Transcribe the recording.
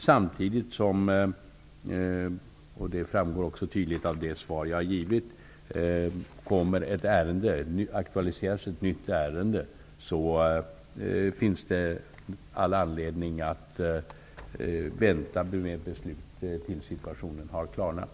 Om ett nytt ärende aktualiseras -- det framgår tydligt av det svar jag har givit -- finns det all anledning att vänta med beslut tills situationen har klarnat.